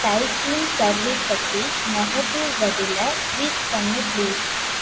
டைக்கின் service பற்றி negative பதிலை tweet பண்ணு ப்ளீஸ்